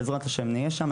בעזרת השם נהיה שם,